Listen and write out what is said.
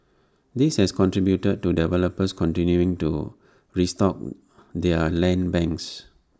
this has contributed to developers continuing to restock their land banks